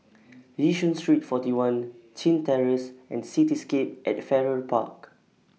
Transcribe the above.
Yishun Street forty one Chin Terrace and Cityscape At Farrer Park